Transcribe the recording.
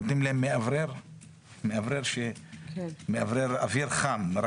נותנים להם מאוורר שממחזר אוויר חם.